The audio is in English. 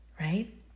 right